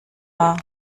war